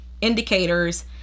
indicators